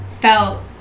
felt